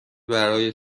برای